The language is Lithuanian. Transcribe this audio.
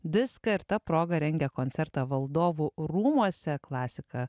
diską ir ta proga rengia koncertą valdovų rūmuose klasika